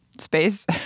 space